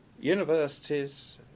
universities